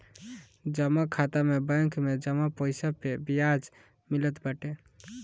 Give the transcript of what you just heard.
जमा खाता में बैंक में जमा पईसा पअ बियाज मिलत बाटे